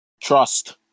Trust